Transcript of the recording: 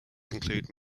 include